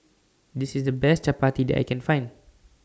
This IS The Best Chappati that I Can Find